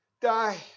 die